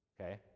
Okay